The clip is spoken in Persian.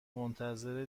منتظر